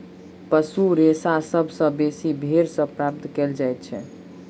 पशु रेशा सभ सॅ बेसी भेंड़ सॅ प्राप्त कयल जाइतअछि